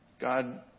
God